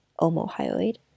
omohyoid